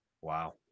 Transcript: Wow